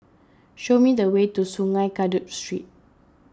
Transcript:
show me the way to Sungei Kadut Street